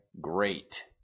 great